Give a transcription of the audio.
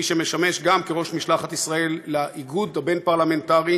מי שמשמש גם כראש משלחת ישראל לאיגוד הבין-פרלמנטרי,